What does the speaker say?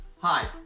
Hi